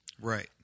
Right